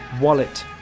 wallet